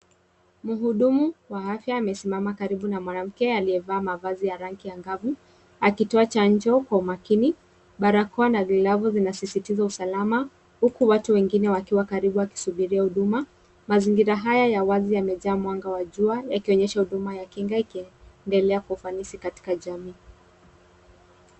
Mhudumu wa afya amesimama karibu na mwanamke aliyevaa mavazi ya rangi angavu akitoa chanjo kwa umakini. Barakoa na glavu zinasisitiza usalama huku watu wengine wakiwa karibu wanasubiria huduma. Mazinfgira haya ya wazi yamejaa mwanga wa jua yakionyesha huduma ya kinga ikiendelea kwa ufanisi katika jamii.